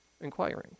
inquiring